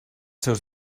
seus